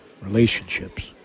relationships